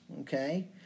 Okay